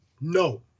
No